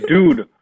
Dude